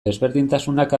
desberdintasunak